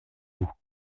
vous